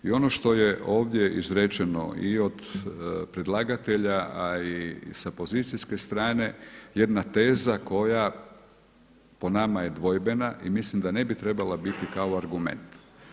I ono što je ovdje izrečeno i od predlagatelja a i sa pozicijske strane jedna teza koja po nama je dvojbena i mislim da ne bi trebala biti kao argument.